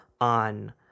on